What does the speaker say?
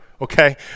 okay